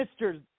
Mr